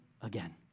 again